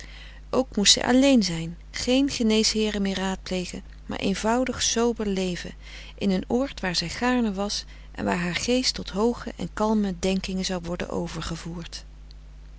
ook moest zij alleen zijn geen geneesheeren meer raadplegen maar eenvoudig sober leven in een oord waar zij gaarne was en waar haar geest tot hooge en kalme denkingen zou worden